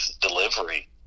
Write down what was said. delivery